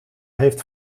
heeft